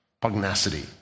pugnacity